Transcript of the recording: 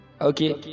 Okay